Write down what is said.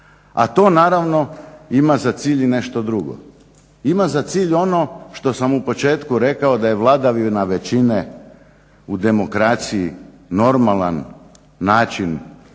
a to naravno ima za cilj i nešto drugo. Ima za cilj ono što sam u početku rekao da je vladavina većine u demokraciji normalan način